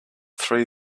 three